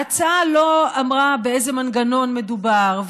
ההצעה לא אמרה באיזה מנגנון מדובר,